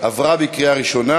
עברה בקריאה ראשונה